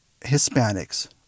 Hispanics